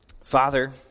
Father